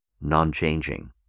non-changing